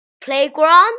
Playground